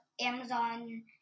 Amazon